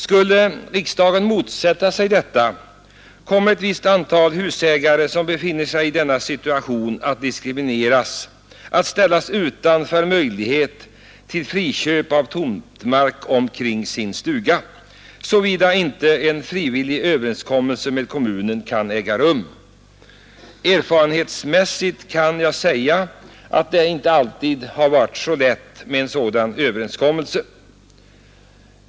Skulle riksdagen motsätta sig detta kommer ett visst antal husägare som befinner sig i denna situation att diskrimineras, att ställas utanför möjlighet till friköp av tomt omkring sin stuga såvida inte en frivillig överenskommelse med kommunen kan äga rum. Erfarenhetsmässigt kan jag säga att det inte alltid varit så lätt att nå en sådan överenskommelse.